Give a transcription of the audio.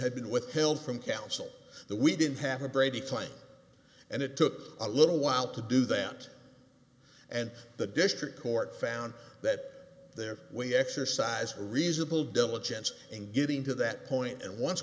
had been withheld from counsel that we didn't have a brady fine and it took a little while to do that and the district court found that there we exercised reasonable diligence in getting to that point and once